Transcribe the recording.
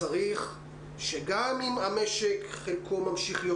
צריך שגם אם המשק חלקו ממשיך להיות